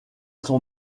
son